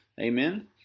Amen